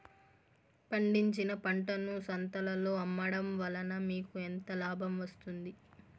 పండించిన పంటను సంతలలో అమ్మడం వలన మీకు ఎంత లాభం వస్తుంది?